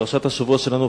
פרשת השבוע שלנו,